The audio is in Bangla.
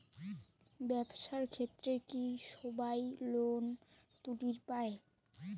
ব্যবসার ক্ষেত্রে কি সবায় লোন তুলির পায়?